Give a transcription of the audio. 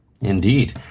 Indeed